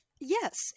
yes